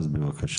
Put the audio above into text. אז בבקשה.